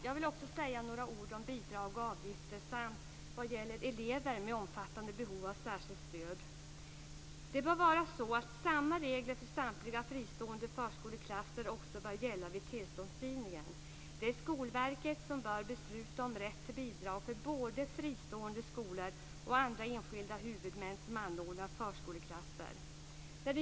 Jag vill också säga några ord om bidrag och avgifter samt om elever med omfattande behov av särskilt stöd. Det bör vara så att samma regler bör gälla för samtliga fristående förskoleklasser också vid tillståndsgivningen. Det är Skolverket som bör besluta om rätt till bidrag för både fristående skolor och andra enskilda huvudmän som anordnar förskoleklasser.